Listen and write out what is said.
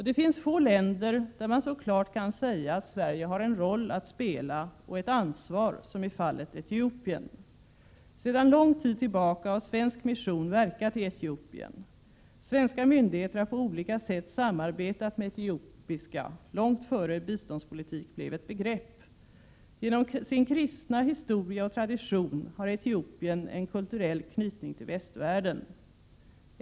Det finns få länder där man så klart kan säga att Sverige har en roll att spela och ett ansvar som i fallet Etiopien. Sedan lång tid tillbaka har svensk mission verkat i Etiopien. Svenska myndigheter har på olika sätt samarbetat med etiopiska, långt innan biståndspolitik blev ett begrepp. Genom sin kristna historia och tradition har Etiopien en kulturell knytning till västvärlden.